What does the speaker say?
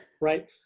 right